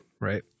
Right